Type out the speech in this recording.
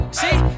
see